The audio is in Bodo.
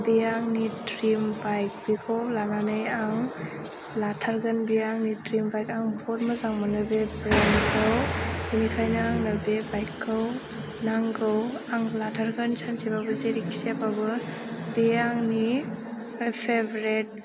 बेयो आंनि द्रिम बाइक बेखौ लानानै आं लाथारगोन बेयो आंनि द्रिम बाइक आं बहुद मोजां मोनो बे ब्रेन्दखौ बेखायनो आंनो बे बाइकखौ नांगौ आं लाथारगोन सानसेबाबो जेरैखिजायाबाबो बेयो आंनि फेभरेट